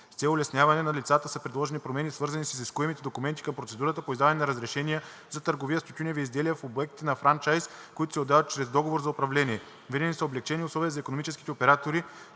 С цел улеснение на лицата са предложени промени, свързани с изискуемите документи към процедурата по издаване на разрешенията за търговия с тютюневи изделия в обектите на франчайз, които се отдават чрез договор за управление. Въведени са облекчени условия за икономическите оператори,